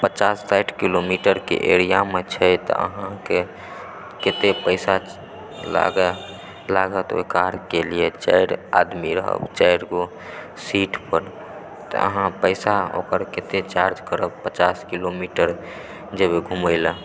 पचास साठि किलोमीटरके एरियामे छै तऽ अहाँकेेँ कतऽ पैसा लागत लागत ओय कार के लेल चारि आदमी रहब चारि गो सीट पर तऽ अहाँ पैसा ओकर कतय चार्ज करब पचास किलोमीटर जेबइ घूमए ला